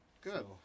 Good